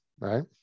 right